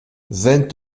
vingt